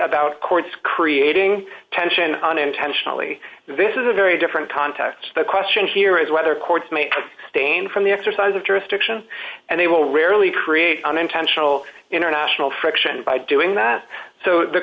about courts creating tension unintentionally this is a very different context the question here is whether courts make a stain from the exercise of jurisdiction and they will rarely create unintentional international friction by doing that so the